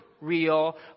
real